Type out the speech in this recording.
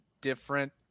different